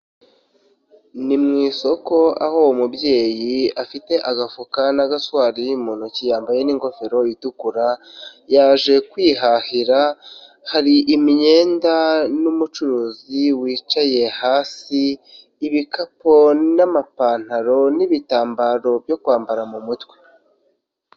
Ni mu isoko, aho uwo mubyeyi afite agafuka n'agaswari mu ntoki, yambaye n'ingofero itukura, yaje kwihahira, hari imyenda n'umucuruzi wicaye hasi, ibikapu n'amapantaro n'ibitambaro byo kwambara mu mutwe.